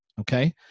okay